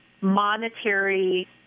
monetary